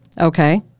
Okay